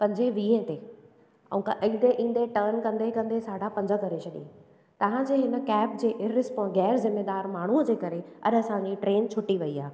पंजे वीह ते ऐं ईंदे ईंदे टन कंदे कंदे साढा पंज करे छ्ॾईं तव्हांजे हिन कैब जे इररिस्पो ग़ैरज़िमेदार माण्हू जे करे अॼु असांजी ट्रेन छुटी वई आहे